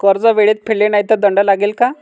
कर्ज वेळेत फेडले नाही तर दंड लागेल का?